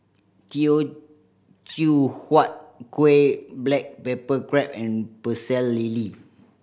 Teochew Huat Kuih black pepper crab and Pecel Lele